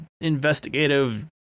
investigative